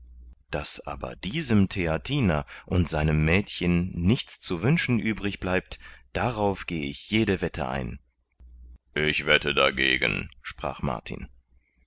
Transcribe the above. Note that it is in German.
daß aber diesem theatiner und seinem mädchen nichts zu wünschen übrig bleibt darauf geh ich jede wette ein ich wette dagegen sprach martin